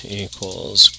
equals